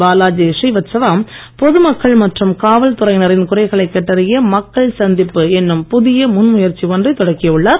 பாலாஜி ஸ்ரீவத்ஸவா பொதுமக்கள் மற்றும் காவல் துறையினரின் குறைகளை கேட்டறிய மக்கள் சந்திப்பு என்னும் புதிய முன்முயற்சி ஒன்றை தொடக்கியுள்ளார்